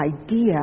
idea